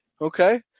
Okay